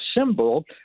symbol